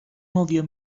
movió